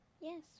Yes